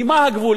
כי מה הגבול?